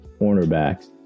cornerbacks